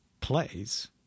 plays